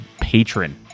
patron